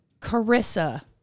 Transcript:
Carissa